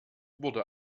wurde